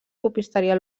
copisteria